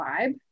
vibe